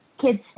kid's